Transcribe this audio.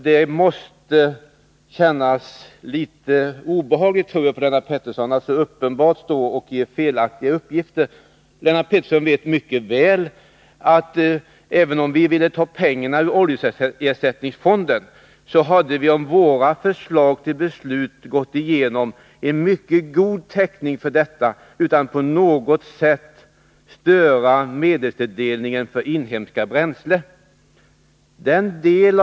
Det måste kännas litet obehagligt för Lennart Pettersson att stå här i kammaren och lämna så uppenbart felaktiga uppgifter. Lennart Pettersson vet mycket väl att även om vi vill ta pengarna ur oljeersättningsfonden hade vi, om våra förslag till beslut antagits, haft en mycket god täckning för detta, utan att vi på något sätt stört medelstilldelningen till inhemska bränslen.